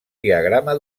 diagrama